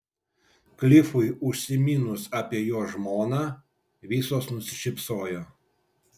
klifui užsiminus apie jo žmoną visos nusišypsojo